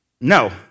no